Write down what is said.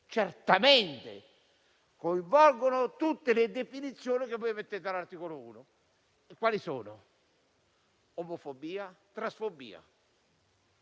certamente coinvolgono tutte le definizioni che inserite all'articolo 1. Quali sono? Omofobia e transfobia.